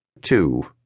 two